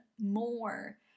more